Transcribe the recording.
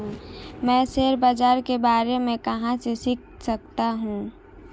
मैं शेयर बाज़ार के बारे में कहाँ से सीख सकता हूँ?